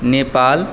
Nepal